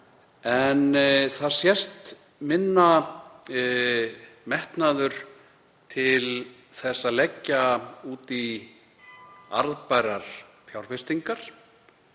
en þar sést minni metnaður til þess að leggja út í arðbærar fjárfestingar,